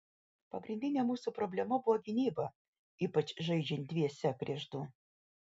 pagrindinė mūsų problema buvo gynyba ypač žaidžiant dviese prieš du